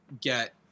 get